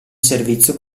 servizio